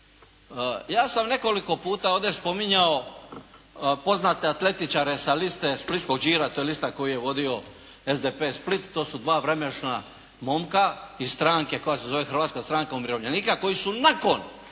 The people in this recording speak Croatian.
Ja sam nekoliko puta ovdje spominjao poznate atletičare sa liste splitskog đira, to je lista koju je vodio SDP Split, to su dva vremešna momka iz stranke koja se zove Hrvatska stranka umirovljenika koji su nakon